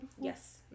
Yes